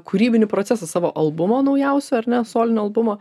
kūrybinį procesą savo albumo naujausio ar ne solinio albumo